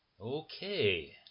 Okay